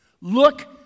Look